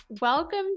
Welcome